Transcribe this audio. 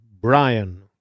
Brian